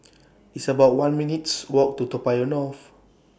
It's about one minutes' Walk to Toa Payoh North